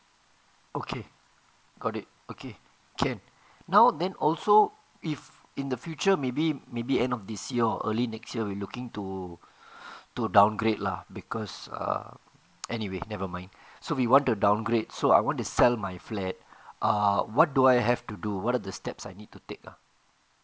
okay got it okay can now then also if in the future maybe maybe end of this or early next year we looking to to downgrade lah because err anyway never mind so we want to downgrade so I want to sell my flat err what do I have to do what are the steps I need to take lah